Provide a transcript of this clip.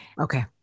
Okay